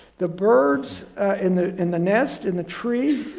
the birds in the in the nest in the tree,